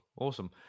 awesome